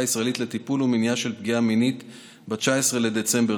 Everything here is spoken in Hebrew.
הישראלית לטיפול ומניעה של פגיעה מינית ב-19 בדצמבר